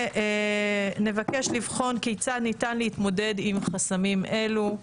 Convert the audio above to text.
ונבקש לבחון כיצד ניתן להתמודד עם חסמים אלו?